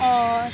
اور